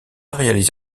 réalisé